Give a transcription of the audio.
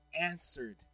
answered